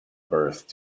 birth